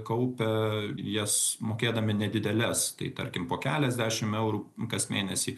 kaupia jas mokėdami nedideles tai tarkim po keliasdešimt eurų kas mėnesį